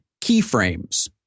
keyframes